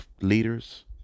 leaders